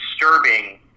disturbing